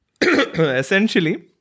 Essentially